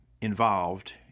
involved